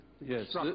Yes